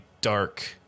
dark